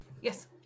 Yes